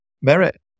merit